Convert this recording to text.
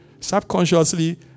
Subconsciously